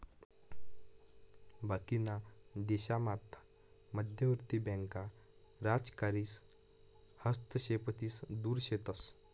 बाकीना देशामात मध्यवर्ती बँका राजकारीस हस्तक्षेपतीन दुर शेतस